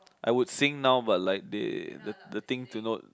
I would sing now but like the the things do not